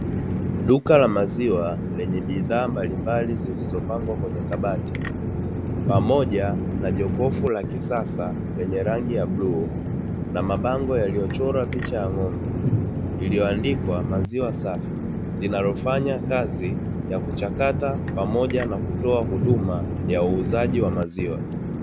Duka la maziwa lenye bidhaa mbalimbali zilizopangwa kwenye kabati, pamoja na jokofu la kisasa lenye rangi ya bluu, na mabango yaliyochorwa picha ya ng’ombe, iliyoandikwa "maziwa safi" linayofanya kazi ya kuchakata, pamoja na kutoa huduma ya uuzaji wa maziwa.